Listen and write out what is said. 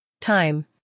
time